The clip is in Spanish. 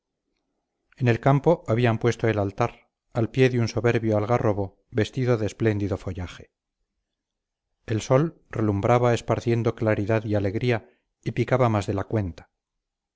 en el campo habían puesto el altar al pie de un soberbio algarrobo vestido de espléndido follaje el sol relumbraba esparciendo claridad y alegría y picaba más de la cuenta